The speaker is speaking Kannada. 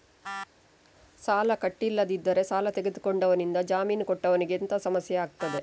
ಸಾಲ ಕಟ್ಟಿಲ್ಲದಿದ್ದರೆ ಸಾಲ ತೆಗೆದುಕೊಂಡವನಿಂದ ಜಾಮೀನು ಕೊಟ್ಟವನಿಗೆ ಎಂತ ಸಮಸ್ಯೆ ಆಗ್ತದೆ?